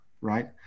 right